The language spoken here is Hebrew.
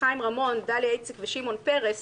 חיים רמון, דליה איציק ושמעון פרס